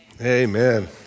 Amen